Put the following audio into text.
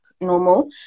normal